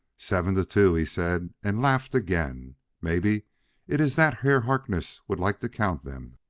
seven to two, he said, and laughed again maybe it iss that herr harkness would like to count them.